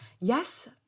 yes